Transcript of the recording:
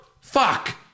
Fuck